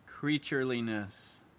creatureliness